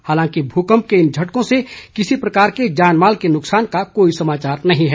हालांकि भूकंप के इन झटकों से किसी प्रकार के जानमाल के नुकसान का कोई समाचार नहीं है